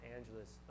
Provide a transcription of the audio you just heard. Angeles